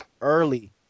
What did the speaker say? early